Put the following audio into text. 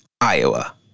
Iowa